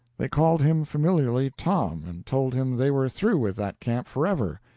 they called him familiarly tom, and told him they were through with that camp forever.